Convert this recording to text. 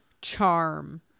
charm